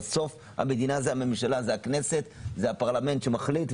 בסוף המדינה זה הממשלה, הכנסת, הפרלמנט שמחליט.